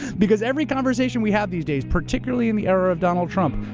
because every conversation we have these days particularly in the era of donald trump,